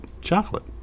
chocolate